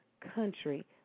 country